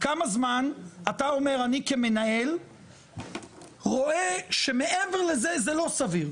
כמה זמן אתה אומר אני כמנהל רואה שמעבר לזה זה לא סביר?